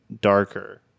darker